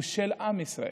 הוא של עם ישראל.